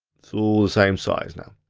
it's all the same size now.